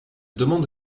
demande